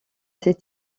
ses